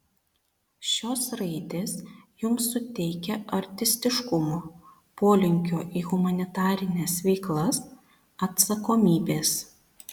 šios raidės jums suteikia artistiškumo polinkio į humanitarines veiklas atsakomybės